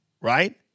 Right